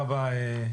תודה רבה.